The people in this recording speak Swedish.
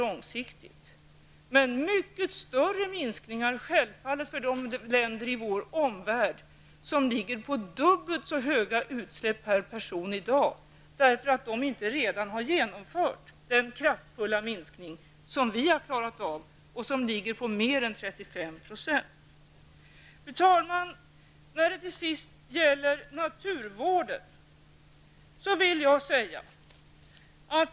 Men det innebär självfallet mycket större minskningar för de länder i vår omvärld som har dubbelt så höga utsläpp per person i dag, därför att de inte redan har genomfört den kraftfulla minskning som vi har klarat av och som är mer än 35 %. Fru talman! Till sist vill jag ta upp naturvården.